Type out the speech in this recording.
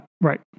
right